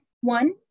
One